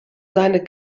seine